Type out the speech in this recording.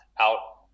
out